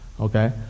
Okay